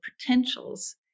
potentials